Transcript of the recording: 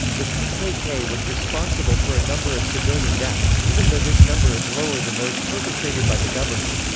the pkk was responsible for a number of civilian deaths, even though this number is lower than those perpetrated by the government.